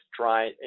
dry